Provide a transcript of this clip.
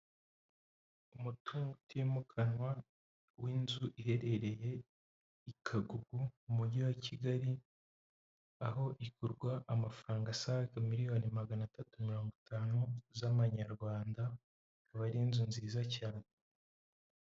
Umutungo utimukanwa w'inzu iherereye i Kagugu mu mujyi wa Kigali, aho igurwa amafaranga asaga miliyoni magana atatu na mirongo itanu z'amanyarwanda akaba ari inzu nziza cyane.